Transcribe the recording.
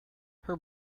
her